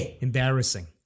Embarrassing